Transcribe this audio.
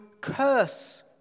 curse